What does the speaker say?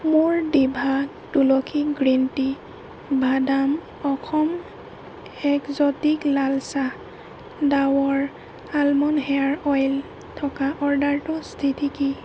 মোৰ Diva Tulsi green tea ভাদাম Assam exotic লাল চাহ ডাৱৰ আলমণ্ড হেয়াৰ অইল থকা অৰ্ডাৰটোৰ স্থিতি কি